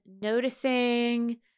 noticing